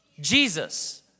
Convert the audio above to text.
Jesus